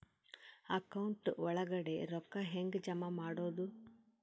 Account ಒಳಗಡೆ ರೊಕ್ಕ ಹೆಂಗ್ ಜಮಾ ಮಾಡುದು?